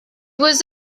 was